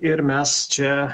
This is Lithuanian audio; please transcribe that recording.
ir mes čia